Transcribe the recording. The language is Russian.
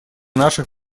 наших